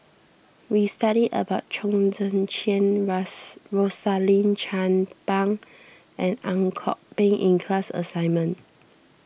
we studied about Chong Tze Chien Rosaline Chan Pang and Ang Kok Peng in the class assignment